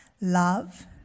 Love